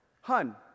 Hun